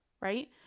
Right